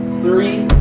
three.